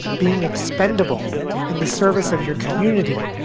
being expendable in the service of your community,